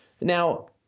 Now